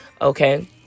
Okay